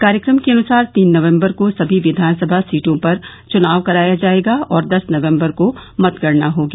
कार्यक्रम के अनुसार तीन नवम्बर को सभी विधानसभा सीटों पर चुनाव कराया जायेगा और दस नवम्बर को मतगणना होगी